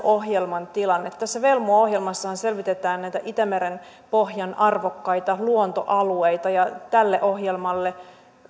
ohjelman tilanne tässä velmu ohjelmassahan selvitetään näitä itämeren pohjan arvokkaita luontoalueita ja tälle ohjelmalle